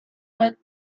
were